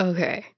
Okay